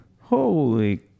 Holy